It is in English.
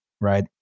Right